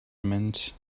meant